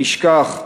נשכח,